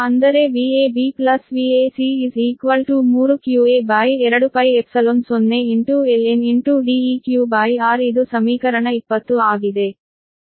ಅಂದರೆ Vab Vac 3qa2π0ln Deqr ಇದು ಸಮೀಕರಣ 20 ಆಗಿದೆ